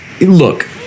look